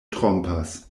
trompas